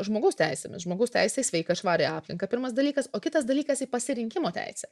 žmogaus teisėmis žmogaus teise į sveiką švarią aplinką pirmas dalykas o kitas dalykas į pasirinkimo teisę